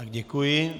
Děkuji.